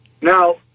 Now